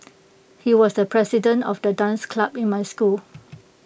he was the president of the dance club in my school